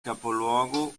capoluogo